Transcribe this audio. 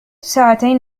ساعتين